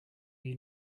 you